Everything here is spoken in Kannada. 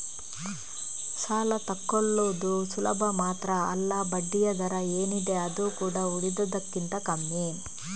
ಸಾಲ ತಕ್ಕೊಳ್ಳುದು ಸುಲಭ ಮಾತ್ರ ಅಲ್ಲ ಬಡ್ಡಿಯ ದರ ಏನಿದೆ ಅದು ಕೂಡಾ ಉಳಿದದಕ್ಕಿಂತ ಕಮ್ಮಿ